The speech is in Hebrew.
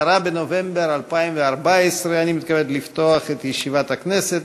10 בנובמבר 2014. אני מתכבד לפתוח את ישיבת הכנסת.